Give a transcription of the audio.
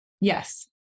Yes